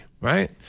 Right